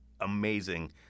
amazing